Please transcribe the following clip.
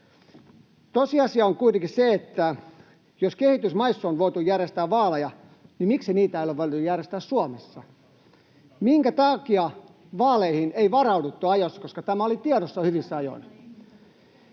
Tosiasia on kuitenkin se, että jos kehitysmaissa on voitu järjestää vaaleja, miksi niitä ei olisi voitu järjestää Suomessa. [Antti Lindtman: Saksa, Italia?] Minkä takia vaaleihin ei varauduttu ajoissa, koska tämä oli tiedossa hyvissä ajoin?